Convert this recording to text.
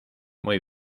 muy